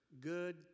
good